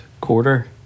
Quarter